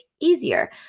easier